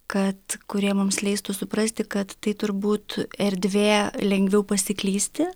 kad kurie mums leistų suprasti kad tai turbūt erdvė lengviau pasiklysti